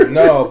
no